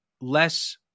less